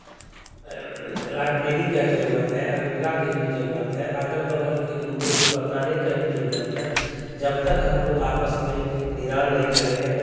library की ज़रूरत है अलमीरा की भी ज़रूरत है अगल बगल के लोगों को बताने का भी ज़रूरत है जब तक हम लोग आपस में निदान नहीं करेंगे